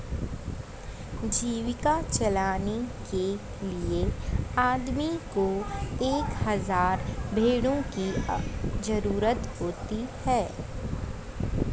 जीविका चलाने के लिए आदमी को एक हज़ार भेड़ों की जरूरत होती है